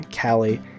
Callie